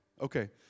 Okay